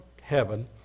heaven